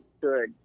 good